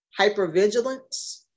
hypervigilance